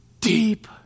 deep